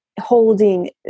holding